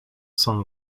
sun